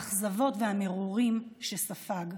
האכזבות והמרורים שספג.